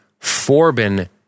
Forbin